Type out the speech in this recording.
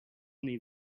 need